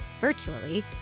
virtually